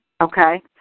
Okay